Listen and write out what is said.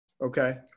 Okay